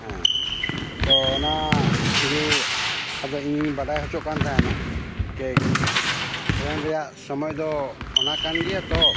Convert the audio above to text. ᱦᱮᱸ ᱛᱚ ᱚᱱᱟ ᱜᱮ ᱟᱫᱚ ᱤᱧᱤᱧ ᱵᱟᱰᱟᱭ ᱦᱚᱪᱚᱜ ᱠᱟᱱ ᱛᱟᱦᱮᱱᱟ ᱠᱮ ᱴᱨᱮᱹᱱ ᱨᱮᱱᱟᱜ ᱥᱚᱢᱚᱭ ᱫᱚ ᱚᱱᱟ ᱠᱟᱱ ᱜᱮᱭᱟ ᱛᱚ